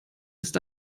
ist